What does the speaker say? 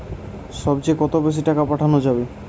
সব চেয়ে কত বেশি টাকা পাঠানো যাবে?